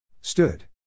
Stood